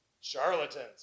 Charlatans